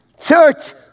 Church